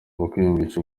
kwiyumvisha